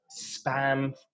spam